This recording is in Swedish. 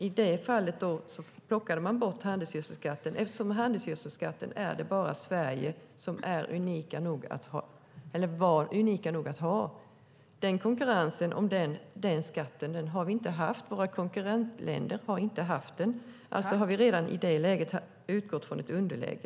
I detta fall plockade man bort handelsgödselskatten eftersom Sverige var ensamt om att ha en handelsgödselskatt. Våra konkurrentländer hade inte denna skatt, och därför befann vi oss i ett underläge.